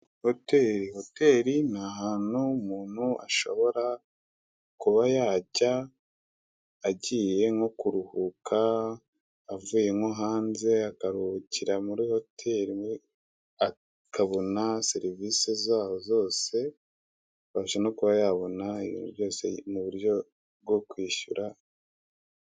Hoteri; hoteri ni ahantu umuntu ashobora kuba yajya agiye nko kuruhuka, avuye nko hanze akarukuhira muri hoteri akabona serivise zaho zose, akabasha no kuba yabona ibintu byose mu buryo bwo kwishyura.